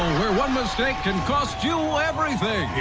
where one mistake can cost you everything.